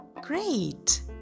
Great